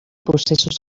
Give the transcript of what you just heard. processos